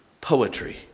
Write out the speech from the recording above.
poetry